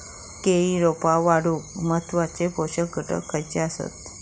केळी रोपा वाढूक महत्वाचे पोषक घटक खयचे आसत?